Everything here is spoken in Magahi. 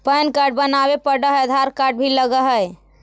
पैन कार्ड बनावे पडय है आधार कार्ड भी लगहै?